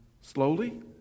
slowly